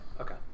Okay